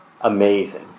Amazing